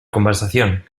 conversación